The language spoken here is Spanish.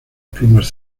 plumas